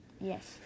Yes